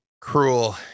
cruel